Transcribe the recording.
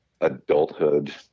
adulthood